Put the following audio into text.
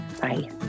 Bye